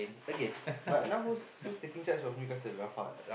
okay but now who's who's taking charge of Newcastle Rafael